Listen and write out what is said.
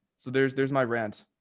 so there's, there's my rant.